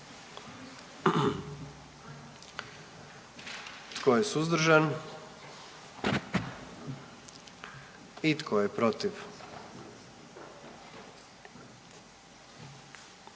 Tko je suzdržan? I tko je protiv?